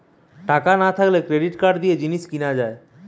টাকা না থাকলে ক্রেডিট কার্ড দিয়ে জিনিস কিনা যায়